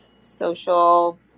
social